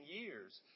years